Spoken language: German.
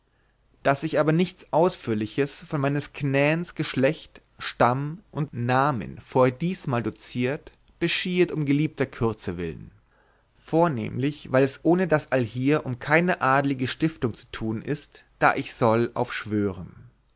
daß ich aber nichts ausführliches von meines knäns geschlecht stamm und namen vor diesmal doziert beschiehet um geliebter kürze willen vornehmlich weil es ohne das allhier um keine adelige stiftung zu tun ist da ich soll auf schwören